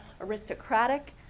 aristocratic